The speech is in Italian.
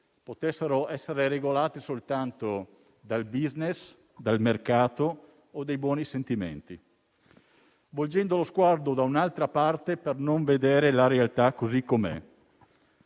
potessero essere regolate soltanto dal *business*, dal mercato o dai buoni sentimenti, volgendo lo sguardo da un'altra parte per non vedere la realtà così com'è;